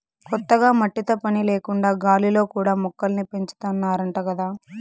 కొత్తగా మట్టితో పని లేకుండా గాలిలో కూడా మొక్కల్ని పెంచాతన్నారంట గదా